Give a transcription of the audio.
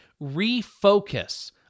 refocus